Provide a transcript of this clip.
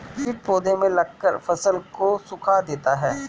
कीट पौधे में लगकर फसल को सुखा देते हैं